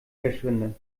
verschwinde